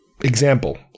example